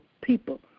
people